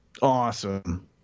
Awesome